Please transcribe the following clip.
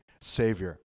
Savior